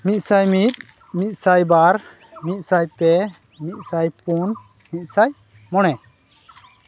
ᱢᱤᱫ ᱥᱟᱭ ᱢᱤᱫ ᱢᱤᱫ ᱥᱟᱭ ᱵᱟᱨ ᱢᱤᱫ ᱥᱟᱭ ᱯᱮ ᱢᱤᱫ ᱥᱟᱭ ᱯᱩᱱ ᱢᱤᱫ ᱥᱟᱭ ᱢᱚᱬᱮ